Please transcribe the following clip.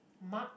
mug